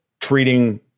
treating